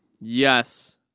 Yes